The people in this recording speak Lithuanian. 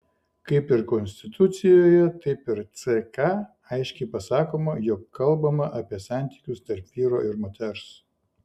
kaip ir konstitucijoje taip ir ck aiškiai pasakoma jog kalbama apie santykius tarp vyro ir moters